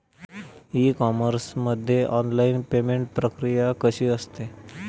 E commerce मध्ये online payment प्रक्रिया कशी असते?